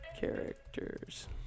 characters